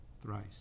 thrice